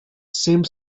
same